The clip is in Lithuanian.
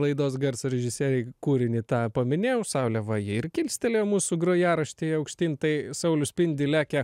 laidos garso režisierei kūrinį tą paminėjau saulė va ji ir kilstelėjo mūsų grojaraštyje aukštyn tai saulių spindi lekia